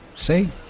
See